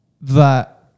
that-